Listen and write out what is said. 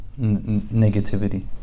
negativity